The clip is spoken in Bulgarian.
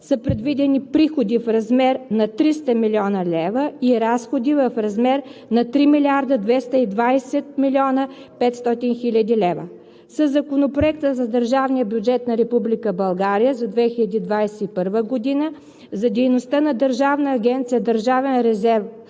са предвидени приходи в размер на 300,0 хил. лв. и разходи в размер на 3 220,5 хил. лв. Със Законопроекта за държавния бюджет на Република България за 2021 г. за дейността на Държавна агенция „Държавен резерв